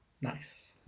nice